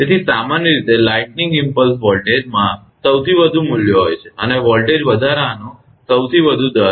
તેથી સામાન્ય રીતે લાઇટનીંગ ઇમપ્લ્સ વોલ્ટેજમાં સૌથી વધુ મૂલ્યો હોય છે અને વોલ્ટેજ વધારાનો સૌથી વધુ દર